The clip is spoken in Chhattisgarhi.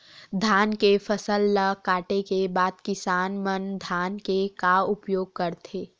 धान के फसल ला काटे के बाद किसान मन धान के का उपयोग करथे?